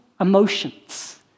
emotions